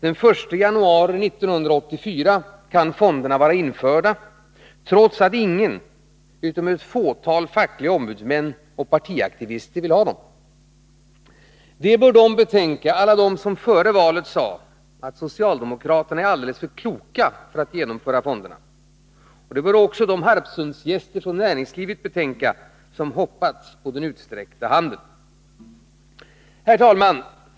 Den 1 januari 1984 kan fonderna vara införda, trots att ingen —-utom ett fåtal fackliga ombudsmän och partiaktivister— vill ha dem. Det bör alla de betänka som före valet sade att socialdemokraterna är alldeles för kloka för att genomföra fonderna, och det borde också de Harpsundsgäster från näringslivet betänka som hoppats på den utsträckta handen. Herr talman!